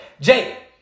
Jay